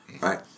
right